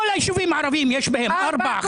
בכל הישובים הערביים יש ארבע,